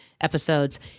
episodes